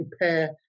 prepare